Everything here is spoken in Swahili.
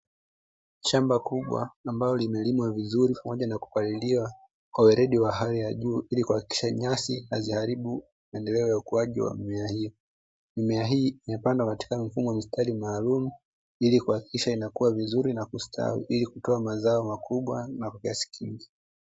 Shamba kubwa ambalo limelimwa vizuri pamoja na kupaliliwa kwa weledi wa hali ya juu, ili kuhakikisha nyasi haziharibu maendeleo ya ukuaji wa mimea hiyo, mimea hii imepandwa katika mfumo wa mistari maalumu ili kuhakikisha inakuwa vizuri na kustawi ili kutoa mazao makubwa na kiasi kingi.